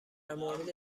مورد